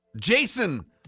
Jason